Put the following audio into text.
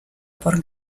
por